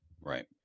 Right